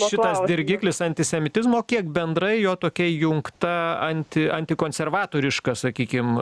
šitas dirgiklis antisemitizmo kiek bendrai jo tokia įjungta anti anti konservatoriška sakykim